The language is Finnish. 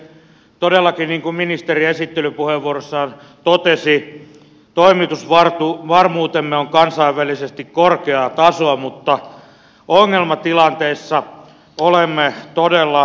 todellakin niin kuin ministeri esittelypuheenvuorossaan totesi toimitusvarmuutemme on kansainvälisesti korkeaa tasoa mutta ongelmatilanteissa olemme todella haavoittuvia